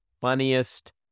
funniest